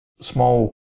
small